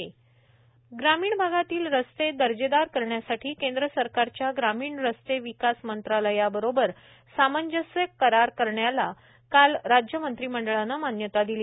ग्रामीण रस्ते ग्रामीण भागातील रस्ते दर्जेदार करण्यासाठी केंद्र सरकारच्या ग्रामीण रस्ते विकास मंत्रालयाबरोबर सामंजस्य करार करण्याला काल राज्य मंत्री मंडळाने मान्यता दिली